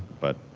but,